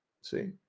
See